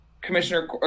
Commissioner